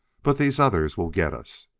but these others will get us.